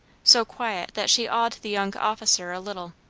so quiet that she awed the young officer a little.